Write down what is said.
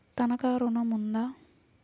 తనఖా ఋణం ఉందా?